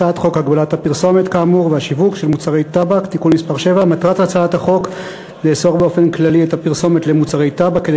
הצעת חוק הגבלת הפרסומת והשיווק של מוצרי טבק (תיקון מס' 7). מטרת הצעת החוק לאסור באופן כללי את הפרסומת למוצרי טבק כדי